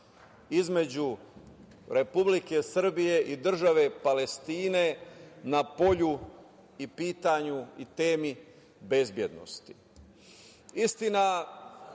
između Republike Srbije i Države Palestine na polju i pitanju i temi bezbednosti. Istina